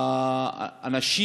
האנשים